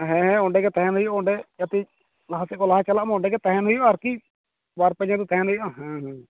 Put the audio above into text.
ᱦᱮᱸ ᱦᱮᱸ ᱚᱱᱰᱮ ᱜᱮ ᱛᱟᱦᱮᱱ ᱦᱩᱭᱩᱼᱟ ᱚᱱᱰᱮ ᱡᱟᱛᱮ ᱞᱟᱦᱟᱥᱮᱫ ᱠᱚ ᱞᱟᱦᱟ ᱪᱟᱞᱟᱢᱟ ᱚᱱᱰᱮ ᱜᱮ ᱛᱟᱦᱮᱱ ᱦᱩᱭᱩᱼᱟ ᱟᱨᱠᱤ ᱵᱟᱨᱯᱮ ᱪᱟᱸᱫᱳ ᱛᱟᱦᱮᱱ ᱦᱩᱭᱩᱼᱟ ᱦᱩᱸ ᱦᱩᱸ